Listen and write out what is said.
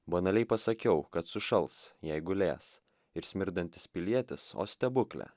banaliai pasakiau kad sušals jei gulės ir smirdantis pilietis o stebukle